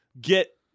get